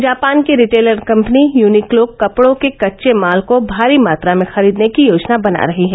Japan की retailer company Uniqlo कपडों के कच्चे माल को भारी मात्रा में खरीदने की योजना बना रही है